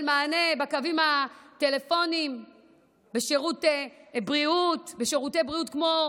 מענה בקווים הטלפוניים בשירותי הבריאות כמו